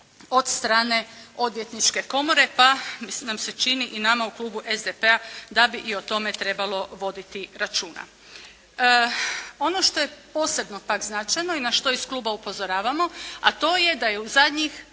od strane odvjetničke komore, pa nam se čini i nama u klubu SDP-a da bi i o tome trebalo voditi računa. Ono što je posebno pak značajno i na što iz kluba upozoravamo, a to je da je u zadnjih